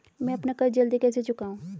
मैं अपना कर्ज जल्दी कैसे चुकाऊं?